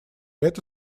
это